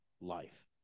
life